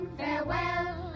farewell